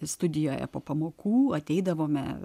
studijoje po pamokų ateidavome